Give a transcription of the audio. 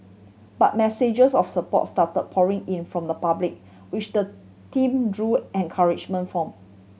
but messages of support start pouring in from the public which the team drew encouragement from